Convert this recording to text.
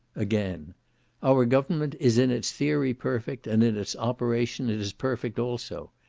again our government is in its theory perfect, and in its operation it is perfect also.